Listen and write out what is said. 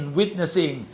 witnessing